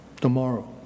tomorrow